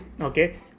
okay